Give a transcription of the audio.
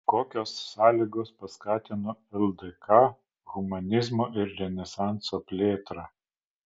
kokios sąlygos paskatino ldk humanizmo ir renesanso plėtrą